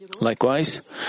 Likewise